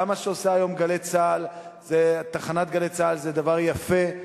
גם מה שעושה היום תחנת "גלי צה"ל" זה דבר יפה.